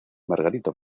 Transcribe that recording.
margarita